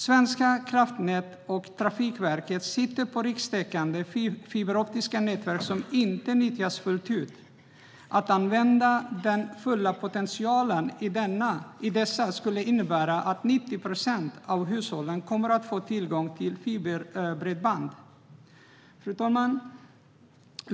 Svenska kraftnät och Trafikverket sitter på rikstäckande fiberoptiska nätverk som inte nyttjas fullt ut. Att använda den fulla potentialen i dessa nätverk skulle innebära att 90 procent av hushållen kommer att få tillgång till fiberbredband. Fru talman!